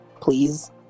please